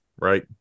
right